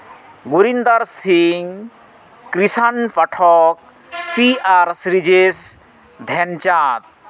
ᱵᱚᱨᱤᱱᱫᱟᱨ ᱥᱤᱝ ᱠᱨᱤᱥᱟᱱ ᱯᱟᱴᱷᱚᱠ ᱯᱷᱤ ᱟᱨ ᱥᱨᱤᱡᱮᱥ ᱵᱷᱮᱱ ᱪᱟᱸᱫᱽ